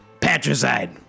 patricide